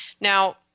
Now